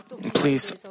please